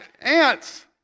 Ants